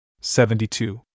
Seventy-two